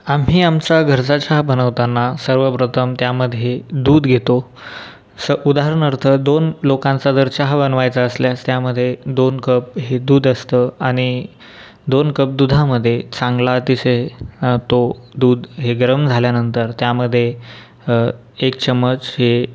आम्ही आमचा घरचा चहा बनवताना सर्वप्रथम त्यामध्ये दूध घेतो स उदारणार्थ दोन लोकांचा जर चहा बनवायचा असल्यास त्यामध्ये दोन कप हे दूध असतं आणि दोन कप दुधामध्येच चांगला अतिशय तो दूध हे गरम झाल्यानंतर त्यामध्ये एक चम्मच हे